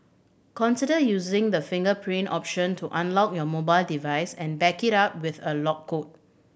consider using the fingerprint option to unlock your mobile device and back it up with a lock code